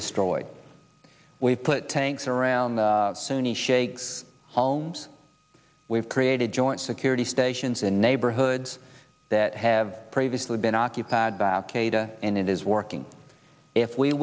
destroyed we've put tanks around the sunni shakes homes we've created joint security stations in neighborhoods that have previously been occupied by qaeda and it is working if we